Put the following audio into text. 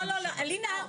לא לא, אלינה.